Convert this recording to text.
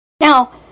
Now